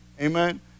Amen